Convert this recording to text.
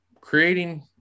creating